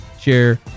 share